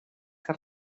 que